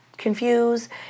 confused